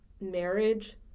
marriage